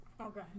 Okay